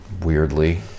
Weirdly